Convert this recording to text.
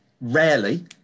Rarely